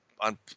on